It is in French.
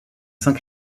saint